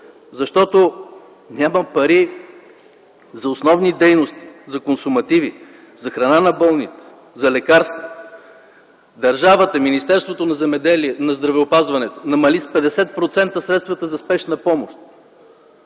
Защото няма пари за основни дейности – за консумативи, за храна на болните, за лекарства. Държавата, Министерството на здравеопазването намали с 50% средствата за Спешна помощ.